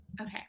Okay